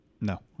No